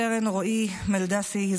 רס"ן רועי מלדסי,